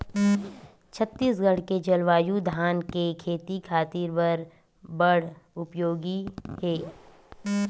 छत्तीसगढ़ के जलवायु धान के खेती खातिर बर बड़ उपयोगी हे